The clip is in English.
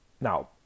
Now